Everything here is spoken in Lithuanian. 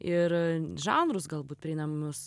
ir žanrus galbūt prieinamus